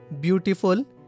beautiful